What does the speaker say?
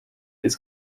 his